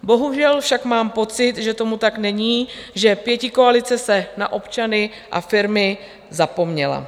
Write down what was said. Bohužel však mám pocit, že tomu tak není, že pětikoalice na občany a firmy zapomněla.